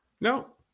No